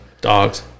Dogs